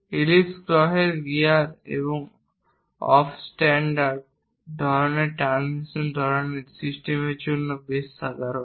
ellipse গ্রহের gear এবং off centred ধরনের ট্রান্সমিশন ধরনের সিস্টেমের জন্য বেশ সাধারণ